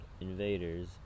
invaders